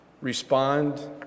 respond